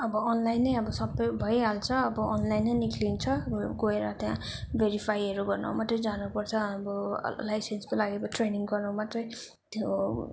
अब अनलाइन नै अब सबै भइहाल्छ अब अनलाइन नै निक्लिन्छ गएर त्यहाँ भेरिफाईहरू गर्नु मात्रै जानुपर्छ अब लाइसेन्सको लागि अब ट्रेनिङ गर्नु मात्रै त्यो